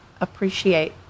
appreciate